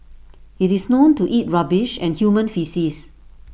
IT is known to eat rubbish and human faeces